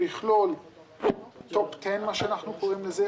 הוא יכלול top-ten, מה שאנחנו קוראים לזה.